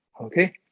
okay